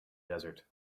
desert